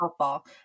softball